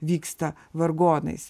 vyksta vargonais